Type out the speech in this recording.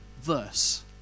verse